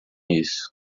isso